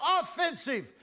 offensive